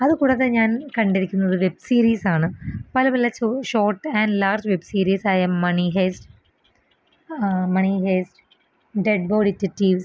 അതുകൂടാതെ ഞാൻ കണ്ടിരിക്കുന്നത് വെബ് സീരിസാണ് പല പല ഷോർട്ട് ആൻഡ് ലാർജ് വെബ് സീരീസായ Money Heist Money Heist dead body detectives